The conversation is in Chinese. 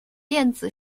电子